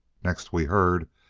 next we heard,